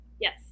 Yes